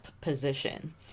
position